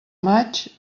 maig